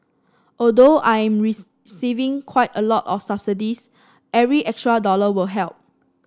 although I'm receiving quite a lot of subsidies every extra dollar will help